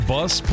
Bus